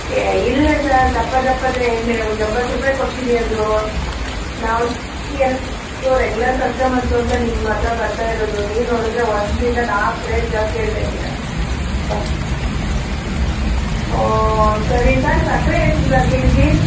ಏ ಇಲ್ಲ ಸರ್ ದಪ್ಪ ದಪ್ಪದ್ದೆ ಏನು ಎಂಬತ್ತು ರೂಪಾಯಿ ಕೊಡ್ತೀನಿ ಅಂದರು ನಾವು ನಿಮ್ಮ ಅಂಗಡಿಗೆಲ್ಲ ಯಾವಾಗಲೂ ರೆಗ್ಯುಲರ್ ಕಸ್ಟಮರ್ಸ್ ಅಂತ ನಿಮ್ಮ ಹತ್ತಿರ ಬರ್ತಾ ಇರೋದು ನೀವು ನೋಡಿದರೆ ಒಂದರಿಂದ ನಾಲ್ಕು ರೇಟ್ ಜಾಸ್ತಿ ಹೇಳ್ತಿದ್ದೀರ ಓಹ್ ಸರಿ ಸರ್ ಸಕ್ಕರೆ ಎಷ್ಟು ಸರ್ ಕೆಜಿ